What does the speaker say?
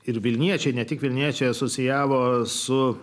ir vilniečiai ne tik vilniečiai asocijavo su